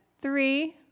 three